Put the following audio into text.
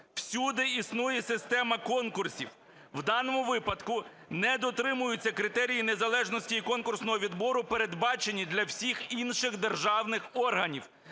Всюди існує система конкурсів. У даному випадку не дотримуються критерії незалежності і конкурсного відбору, передбачені для всіх інших державних органів.